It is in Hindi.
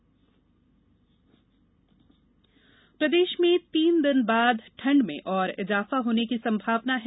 मौसम प्रदेश में तीन दिन बाद ठंड में और ईजाफा होने की संभावना है